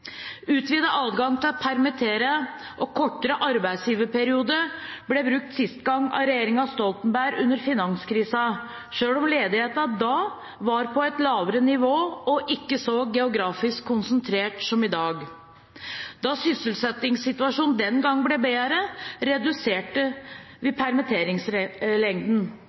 adgang til å permittere og kortere arbeidsgiverperiode ble brukt sist gang av regjeringen Stoltenberg under finanskrisen, selv om ledigheten da var på et lavere nivå og ikke så geografisk konsentrert som i dag. Da sysselsettingssituasjonen den gangen ble bedre, reduserte vi